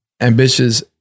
ambitious